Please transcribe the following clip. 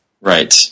right